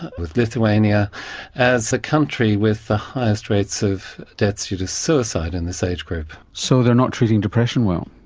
with lithuania as a country with the highest rates of deaths due to suicide in this age group. so they're not treating depression well?